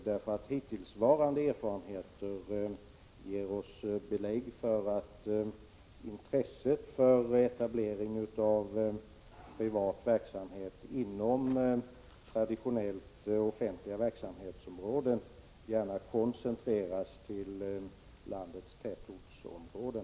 De erfarenheter man hittills gjort ger nämligen belägg för att intresset för en etablering av privat verksamhet inom traditionellt offentliga verksamhetsområden gärna koncentreras till landets tätortsområden.